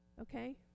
Okay